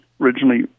originally